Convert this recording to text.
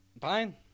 fine